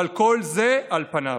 אבל כל זה, על פניו.